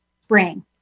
spring